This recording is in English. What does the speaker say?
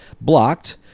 blocked